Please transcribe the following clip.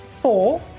Four